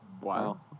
Wow